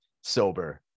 sober